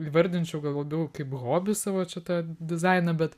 įvardinčiau gal labiau kaip hobį savo čia tą dizainą bet